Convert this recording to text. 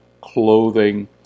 clothing